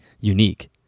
unique